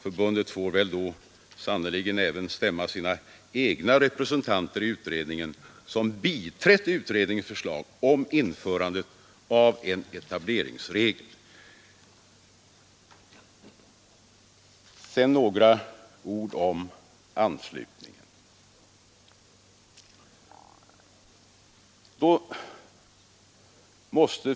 Förbundet får väl då också stämma sina egna representanter i utredningen, som biträtt utredningens förslag om införandet av en etableringsregel. Sedan några ord om anslutningen.